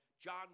john